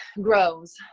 grows